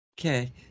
Okay